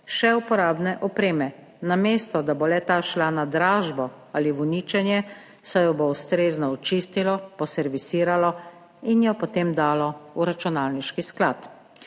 še uporabne opreme. Namesto da bo le ta šla na dražbo ali v uničenje, saj jo bo ustrezno očistilo, servisiralo in jo potem dalo v računalniški sklad.